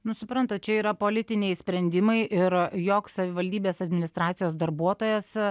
nu suprantat čia yra politiniai sprendimai ir joks savivaldybės administracijos darbuotojas